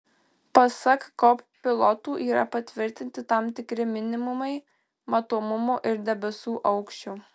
pasak kop pilotų yra patvirtinti tam tikri minimumai matomumo ir debesų aukščio